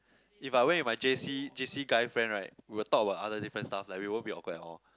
if I went with my J_C J_C guy friend right we will talk about other different stuff like we won't be awkward at all